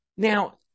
Now